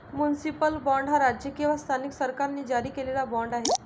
municipal bond हा राज्य किंवा स्थानिक सरकारांनी जारी केलेला बाँड आहे